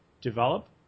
develop